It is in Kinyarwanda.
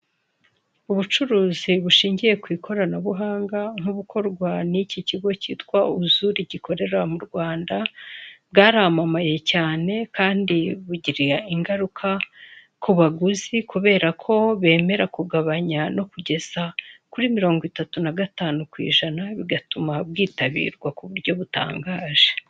Ubucuruzi bushingiye ku ikoranabuhanga nk'ubukorwa n'iki kigo kitwa uzuri gikorera mu Rwanda, bwaramamaye cyane kandi bugira ingaruka ku baguzi kubera ko bemera kugabanya no kugeza kuri mirongo itatu na gatanu ku ijana bugatuma bwitabirwa ku buryo butangaje.